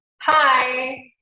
Hi